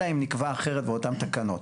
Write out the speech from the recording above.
אלא אם נקבע אחרת באותן תקנות.